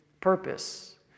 purpose